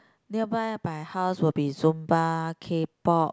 nearby my house would be Zumba K-pop